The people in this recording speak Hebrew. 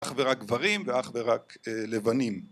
אך ורק גברים ואך ורק לבנים